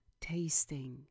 tasting